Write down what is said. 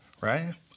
right